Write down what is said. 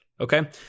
Okay